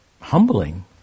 humbling